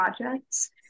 projects